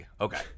okay